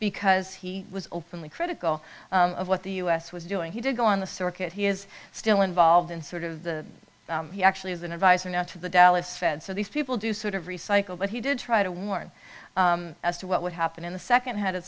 because he was openly critical of what the u s was doing he did go on the circuit he is still involved in sort of the he actually is an advisor now to the dallas fed so these people do sort of recycle but he did try to warn as to what would happen in the nd had